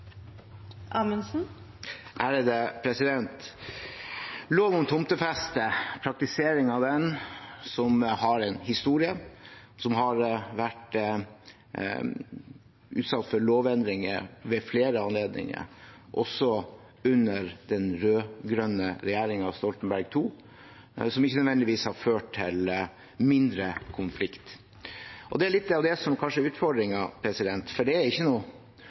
det så travelt. Lov om tomtefeste og praktiseringen av den har en historie. Den har vært utsatt for lovendringer ved flere anledninger – også under den rød-grønne regjeringen Stoltenberg II – som ikke nødvendigvis har ført til mindre konflikt. Det er kanskje det som er litt av utfordringen, for det er